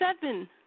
seven